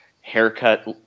haircut